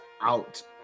out